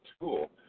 tool